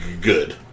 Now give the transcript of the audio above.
good